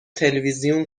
تلویزیون